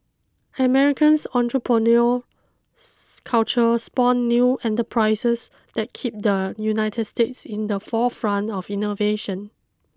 America's entrepreneurial culture spawned new enterprises that keep the United States in the forefront of innovation